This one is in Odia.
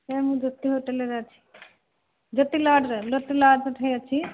ସାର୍ ମୁଁ ଜ୍ୟୋତି ହୋଟେଲ୍ରେ ଅଛି ଜ୍ୟୋତି ଲଜ୍ରେ ଜ୍ୟୋତି ଲଜ୍ଠି ଅଛି